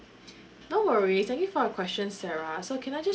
no worries thank you for your question sarah so can I just